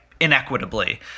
inequitably